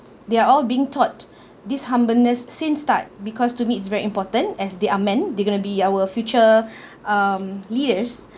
they're all being taught this humbleness since start because to me it's very important as there are men they're going to be our future um leaders